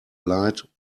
light